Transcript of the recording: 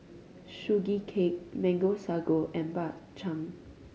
Sugee Cake Mango Sago and Bak Chang